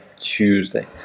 Tuesday